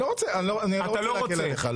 אני לא רוצה להקל עליך.